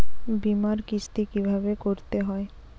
বিমার কিস্তি কিভাবে করতে হয়?